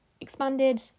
expanded